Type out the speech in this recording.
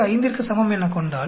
05 ற்கு சமம் எனக் கொண்டால்